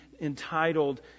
entitled